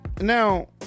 now